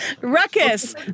Ruckus